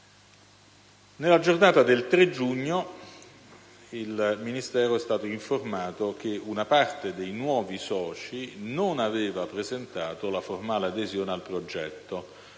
Nella giornata del 3 giugno il Ministero è stato informato che una parte dei nuovi soci non aveva presentato la formale adesione al progetto,